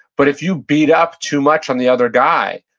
but if you beat up too much on the other guy,